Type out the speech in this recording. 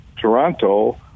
Toronto